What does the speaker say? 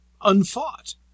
unfought